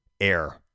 air